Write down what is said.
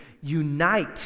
unite